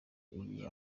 igihe